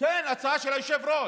כן, הצעה של היושב-ראש.